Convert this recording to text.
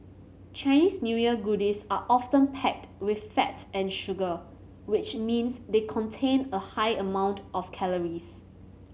Chinese New Year goodies are often packed with fat and sugar which means they contain a high amount of calories